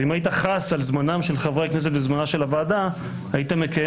לו היית חס על זמנם של חברי הכנסת וזמנה של הוועדה היית מקיים